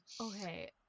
Okay